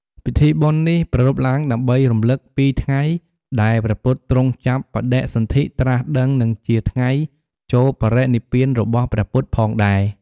ពិធីបុណ្យនេះប្រារព្ធឡើងដើម្បីរំឮកពីថ្ងៃដែលព្រះពុទ្ធទ្រង់ចាប់បដិសន្ធិ ត្រាស់ដឹង និងជាថ្ងៃចូលបរិនិព្វានរបស់ព្រះពុទ្ធផងដែរ ។